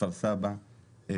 כפר סבא,